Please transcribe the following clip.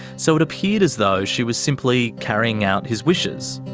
so it appeared as though she was simply carrying out his wishes.